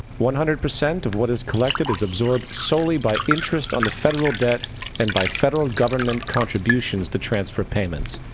one hundred percent of what is collected is absorbed solely by interest on the federal debt and by federal government contribuitions to transfer payments.